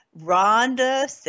rhonda